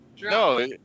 No